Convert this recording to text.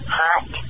hot